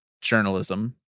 journalism